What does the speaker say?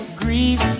grief